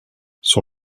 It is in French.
son